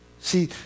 See